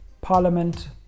Parliament